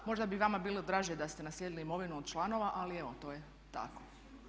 Možda bi vama bilo draže da ste naslijedili imovinu od članova, ali evo to je tako.